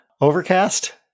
Overcast